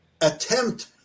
attempt